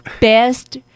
Best